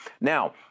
Now